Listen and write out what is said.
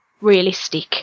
Realistic